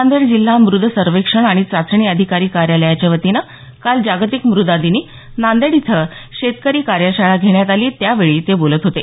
नांदेड जिल्हा मृद सर्वेक्षण आणि चाचणी अधिकारी कायोलयाच्या वतीनं काल जागतिक मृदा दिनी नादेड इथं शेतकरी कार्यशाळा घेण्यात आली त्यावेळी ते बोलत होते